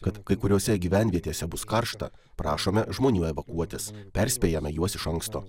kad kai kuriose gyvenvietėse bus karšta prašome žmonių evakuotis perspėjame juos iš anksto